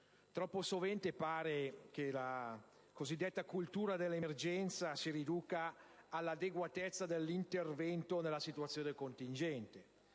Troppo sovente pare che la cosiddetta cultura dell'emergenza si riduca all'adeguatezza dell'intervento nella situazione contingente.